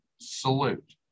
Salute